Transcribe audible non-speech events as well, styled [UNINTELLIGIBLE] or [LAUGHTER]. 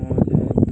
[UNINTELLIGIBLE]